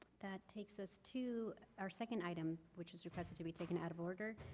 that takes us to our second item, which is requested to be taken out of order,